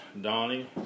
Donnie